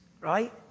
right